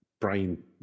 brain